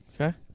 Okay